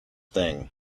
thing